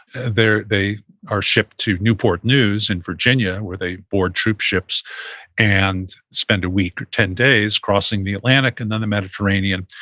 they are shipped to newport news in virginia, where they board troop ships and spend a week or ten days crossing the atlantic and then the mediterranean,